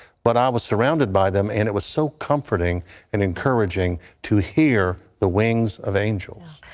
but i was surrounded by them and it was so comforting and encouraging to hear the wings of angels.